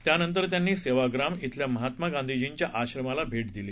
त्यानंतर त्यांनी सेवाग्राम इथल्या महात्मा गांधीजींच्या आश्रमाला भैट दिली